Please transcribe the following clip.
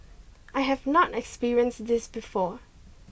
I have not experience this before